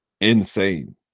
insane